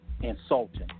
insulting